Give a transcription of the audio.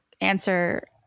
answer